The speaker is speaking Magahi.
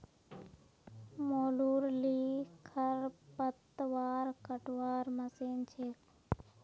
मोलूर ली खरपतवार कटवार मशीन छेक